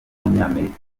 w’umunyamerika